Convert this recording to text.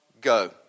go